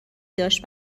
داشت